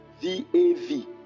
V-A-V